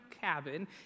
cabin